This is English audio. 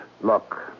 Look